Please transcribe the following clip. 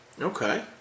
Okay